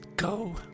Go